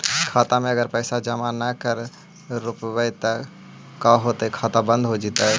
खाता मे अगर पैसा जमा न कर रोपबै त का होतै खाता बन्द हो जैतै?